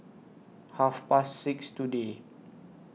Half Past six today